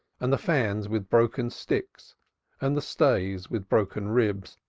and the fans with broken sticks and the stays with broken ribs,